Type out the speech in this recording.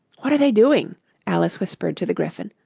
what are they doing alice whispered to the gryphon.